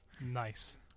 Nice